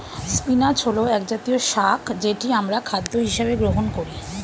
spinach হল একজাতীয় শাক যেটি আমরা খাদ্য হিসেবে গ্রহণ করি